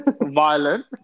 violent